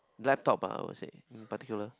laptop ah I would say in particular